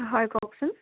হয় কওকচোন